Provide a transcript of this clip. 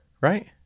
right